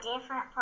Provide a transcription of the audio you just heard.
different